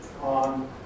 on